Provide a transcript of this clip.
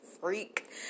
freak